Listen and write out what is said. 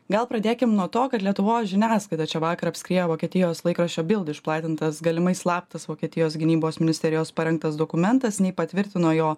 gal pradėkim nuo to kad lietuvos žiniasklaidą čia vakar apskriejo vokietijos laikraščio bild išplatintas galimai slaptas vokietijos gynybos ministerijos parengtas dokumentas nei patvirtino jo